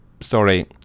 sorry